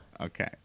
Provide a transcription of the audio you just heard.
Okay